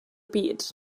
byd